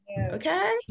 Okay